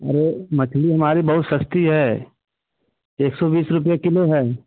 अरे मछली हमारी बहुत सस्ती है एक सौ बीस रुपये किलो है